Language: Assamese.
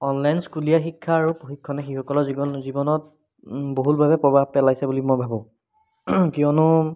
অনলাইন স্কুলীয়া শিক্ষা আৰু প্ৰশিক্ষণে শিশুসকলৰ জীৱন জীৱনত বহুলভাৱে প্ৰভাৱ পেলাইছে বুলি মই ভাবো কিয়নো